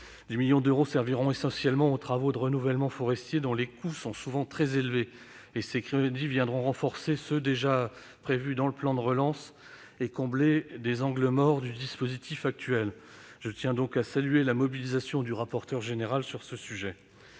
dernière somme servira essentiellement aux travaux de renouvellement forestier, dont les coûts sont souvent très élevés. Ces crédits viendront renforcer ceux qui sont déjà prévus dans le plan de relance et combler des angles morts du dispositif actuel. Je tiens à saluer la mobilisation du rapporteur général sur ce sujet.